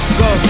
go